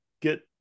get